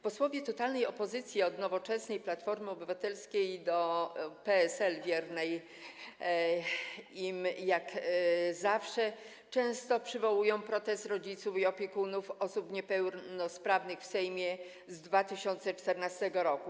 Posłowie totalnej opozycji, od Nowoczesnej i Platformy Obywatelskiej do PSL, wiernego im jak zawsze, często przywołują protest rodziców i opiekunów osób niepełnosprawnych w Sejmie z 2014 r.